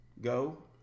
go